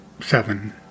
seven